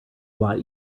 lot